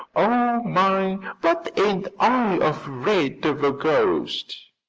oh, my, but ain't i afraid of a ghost!